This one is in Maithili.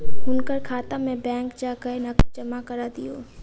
हुनकर खाता में बैंक जा कय नकद जमा करा दिअ